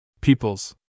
Peoples